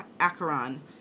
Acheron